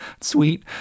sweet